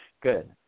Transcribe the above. Good